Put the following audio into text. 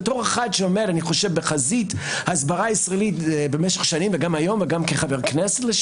בתור אחד שעומד בחזית ההסברה הישראלית וגם היום אני יודע